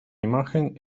imagen